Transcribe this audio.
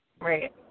Right